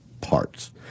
parts